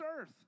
earth